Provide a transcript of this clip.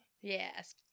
Yes